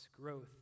growth